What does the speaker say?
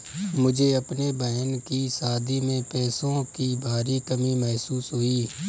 मुझे अपने बहन की शादी में पैसों की भारी कमी महसूस हुई